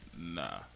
Nah